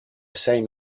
same